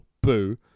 boo